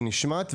היא נשמעת,